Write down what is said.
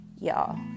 Y'all